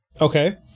Okay